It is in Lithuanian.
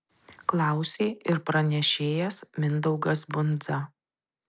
klausė ir pranešėjas mindaugas bundza